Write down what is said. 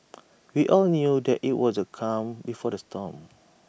we all knew that IT was A calm before the storm